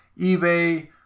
eBay